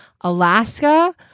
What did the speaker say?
Alaska